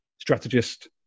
strategist